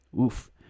oof